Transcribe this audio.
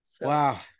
wow